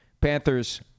Panthers